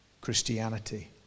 Christianity